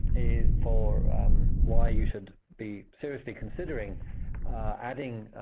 for why you should be seriously considering adding